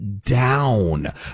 down